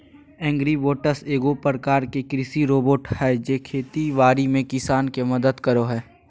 agribots एगो प्रकार के कृषि रोबोट हय जे खेती बाड़ी में किसान के मदद करो हय